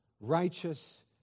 righteous